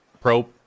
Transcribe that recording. pro